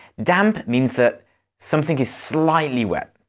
damp means that something is slightly wet.